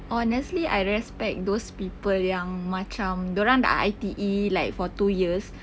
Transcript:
honestly I respect those people yang macam dia orang sudah I_T_E like for two years